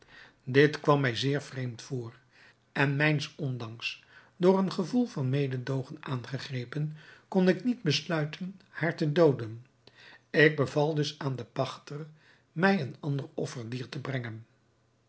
dit kwam mij zeer vreemd voor en mijns ondanks door een gevoel van mededoogen aangegrepen kon ik niet besluiten haar te dooden ik beval dus aan den pachter mij een ander offerdier te brengen